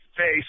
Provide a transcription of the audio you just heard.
Face